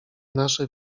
nasze